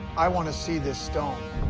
i want to see this stone.